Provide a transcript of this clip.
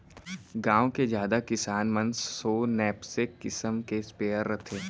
गॉँव के जादा किसान मन सो नैपसेक किसम के स्पेयर रथे